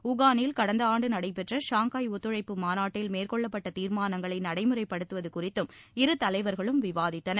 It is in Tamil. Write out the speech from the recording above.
உகானில் கடந்த ஆண்டு நடைபெற்ற ஷாங்காய் ஒத்துழைப்பு மாநாட்டில் மேற்கொள்ளப்பட்ட தீர்மானங்களை நடைமுறைப்படுத்துவது குறித்தும் இருதலைவர்களும் விவாதித்தனர்